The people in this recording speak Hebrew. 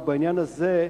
ובעניין הזה,